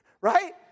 Right